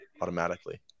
automatically